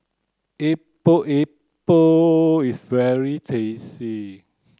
Epok Epok is very tasty